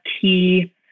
key